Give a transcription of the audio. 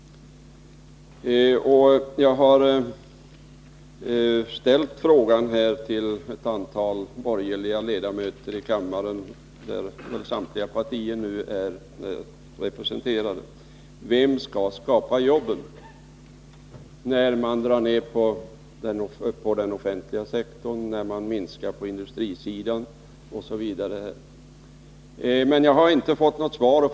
Jag ställde frågan till ett antal borgerliga ledamöter här i kammaren, där samtliga partier nu är representerade: Vem skall skapa jobben när man nu drar ner på den offentliga sektorn, när man minskar på industrisidan osv.? Jag har emellertid inte fått något svar.